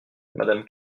madame